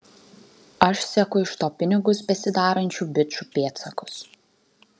aš seku iš to pinigus besidarančių bičų pėdsakus